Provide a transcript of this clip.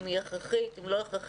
אם היא הכרחית או לא הכרחית.